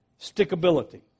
Stickability